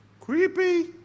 creepy